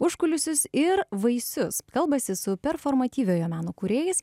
užkulisius ir vaisius kalbasi su performatyviojo meno kūrėjais